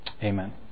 Amen